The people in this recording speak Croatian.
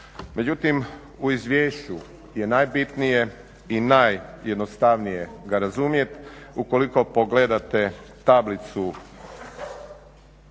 Međutim, u izvješću je najbitnije i najjednostavnije ga razumjeti ukoliko pogledate zbirnu